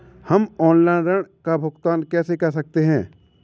हम ऑनलाइन ऋण का भुगतान कैसे कर सकते हैं?